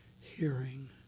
hearing